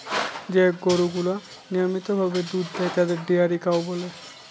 যে গরুগুলা নিয়মিত ভাবে দুধ দেয় তাদের ডেয়ারি কাউ বলে